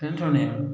তেনেধৰণেই আৰু